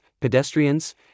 pedestrians